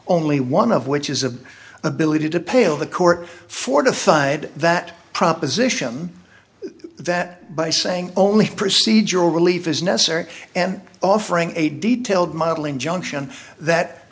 only one of which is a ability to pale the court fortified that proposition that by saying only procedural relief is necessary and offering a detailed modeling junction that